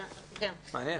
מעניין.